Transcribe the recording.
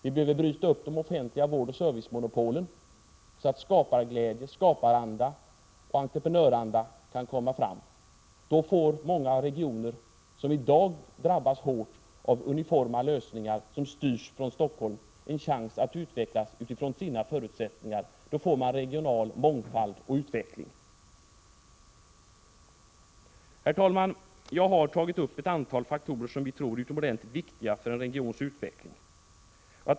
Vi behöver bryta upp de offentliga vårdoch servicemonopolen, så att skaparglädje och entreprenöranda kan komma fram. Då får många regioner som i dag drabbas hårt av uniforma lösningar, som styrs från Stockholm, en chans att utvecklas utifrån sina förutsättningar. Då får man regional mångfald och utveckling. Herr talman! Jag har tagit upp ett antal faktorer som vi tror är utomordentligt viktiga för en regions utveckling.